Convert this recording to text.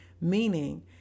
meaning